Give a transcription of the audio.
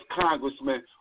congressman